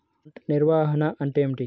పంట నిర్వాహణ అంటే ఏమిటి?